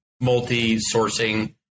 multi-sourcing